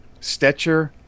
Stetcher